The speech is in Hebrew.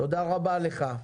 תודה רבה לך.